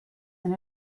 and